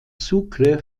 sucre